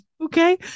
okay